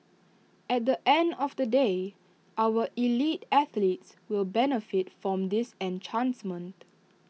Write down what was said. at the end of the day our elite athletes will benefit from this enhancement